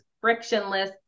frictionless